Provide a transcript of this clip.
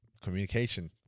communication